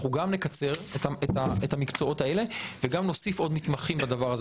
אנחנו גם נקצר את המקצועות האלה וגם נוסיף עוד מתמחים בהם,